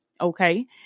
Okay